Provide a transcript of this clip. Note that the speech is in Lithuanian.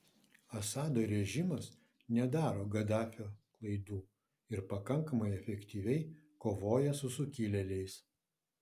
assado režimas nedaro gaddafio klaidų ir pakankamai efektyviai kovoja su sukilėliais